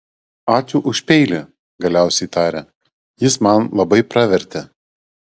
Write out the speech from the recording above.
ačiū už peilį galiausiai tarė jis man labai pravertė